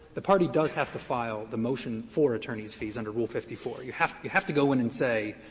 the party does have to file the motion for attorney's fees under rule fifty four. you have you have to go in and say,